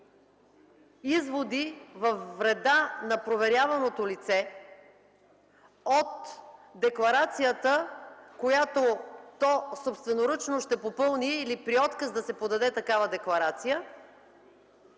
изводи във вреда на проверяваното лице от декларацията, която то собственоръчно ще попълни или при отказ да се подаде такава декларация?